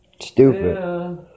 Stupid